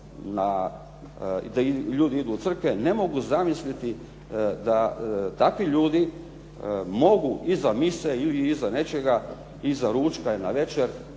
gdje ljudi idu u crkve, ne mogu zamisliti da takvi ljudi mogu iza mise ili iza nečega, iza ručka i navečer